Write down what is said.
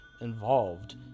involved